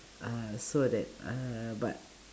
uh so that uh but